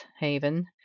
Haven